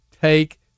Take